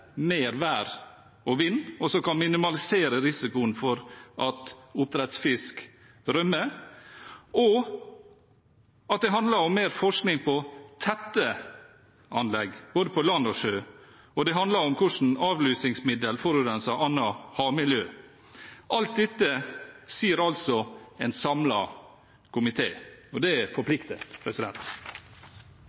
mer vær og vind, og som kan minimalisere risikoen for at oppdrettsfisk rømmer at det handler om mer forskning på «tette» anlegg både på land og sjø at det handler om hvordan avlusingsmiddel forurenser annet havmiljø Alt dette sier altså en samlet komité – og det forplikter!